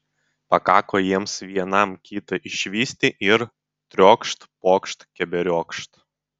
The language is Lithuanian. pakako jiems vienam kitą išvysti ir triokšt pokšt keberiokšt